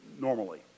normally